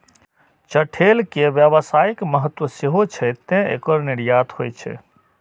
चठैल के व्यावसायिक महत्व सेहो छै, तें एकर निर्यात होइ छै